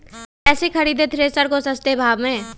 कैसे खरीदे थ्रेसर को सस्ते भाव में?